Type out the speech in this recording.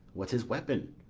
what's his weapon?